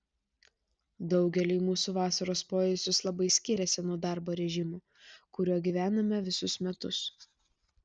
daugeliui mūsų vasaros poilsis labai skiriasi nuo darbo režimo kuriuo gyvename visus metus